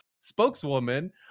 spokeswoman